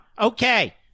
Okay